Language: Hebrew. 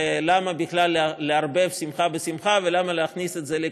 ולמה בכלל לערבב שמחה בשמחה ולמה להכניס את זה לכאן.